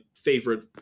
favorite